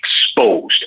exposed